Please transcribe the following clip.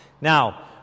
Now